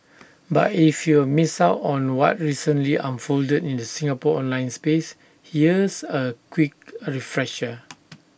but if you've missed out on what recently unfolded in the Singapore online space here's A quick A refresher